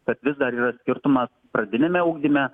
kad vis dar yra skirtumas pradiniame ugdyme